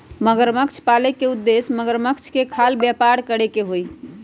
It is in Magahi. मगरमच्छ पाले के उद्देश्य मगरमच्छ के खाल के व्यापार करे के हई